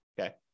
Okay